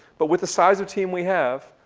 but with the size of team we have,